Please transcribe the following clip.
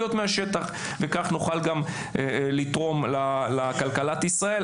כך נוכל גם לתרום לכלכלת ישראל.